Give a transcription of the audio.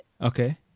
Okay